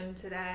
today